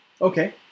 Okay